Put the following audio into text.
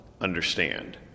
understand